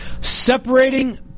separating